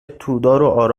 تودار